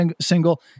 single